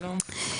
שלום.